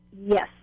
Yes